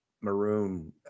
Maroon